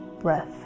breath